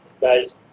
guys